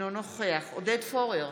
אינו נוכח עודד פורר,